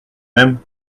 même